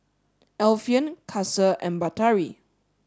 Alfian Kasih and Batari